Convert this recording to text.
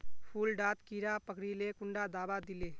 फुल डात कीड़ा पकरिले कुंडा दाबा दीले?